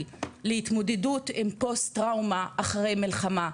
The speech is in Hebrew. להתמודדות עם פוסט-טראומה אחרי המלחמה.